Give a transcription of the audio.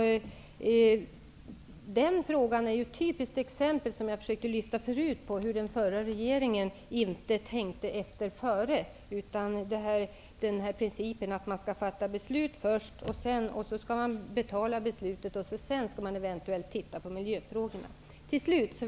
Den frågan är ett typiskt exempel på att den förra regeringen inte tänkte efter före, utan att det var principen att först fatta beslut, sedan betala, och först därefter se över miljöfrågorna, som rådde.